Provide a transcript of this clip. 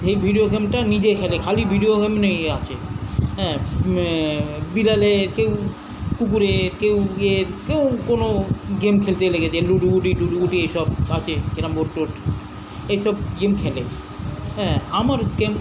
এই ভিডিও গেমটা নিজে খেলে খালি ভিডিও গেম নিয়েই আছে হ্যাঁ বিড়ালে কেউ কুকুরে কেউ ইয়ে কেউ কোনও গেম খেলতে লেগে যায় লুডো ঘুঁটি ডিডু গুডি এইসব আছে ক্যারম বোর্ড টোর্ড এইসব গেম খেলে হ্যাঁ আমার গেম